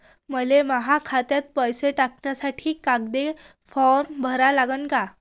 मले माह्या खात्यात पैसे टाकासाठी कोंता फारम भरा लागन?